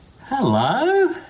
Hello